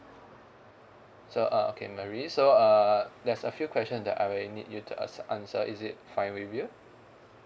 so uh okay mary so err there's a few question that I will need you to ans~ answer is it fine with you